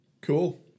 Cool